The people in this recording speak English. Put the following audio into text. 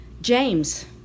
James